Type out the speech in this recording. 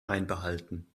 einbehalten